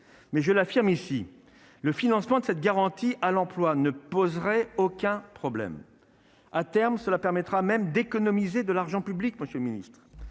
mais je l'affirme ici le financement de cette garantie à l'emploi ne poserait aucun problème, à terme, cela permettra même d'économiser de l'argent public, moi je suis ministre,